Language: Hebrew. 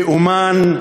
לאומן,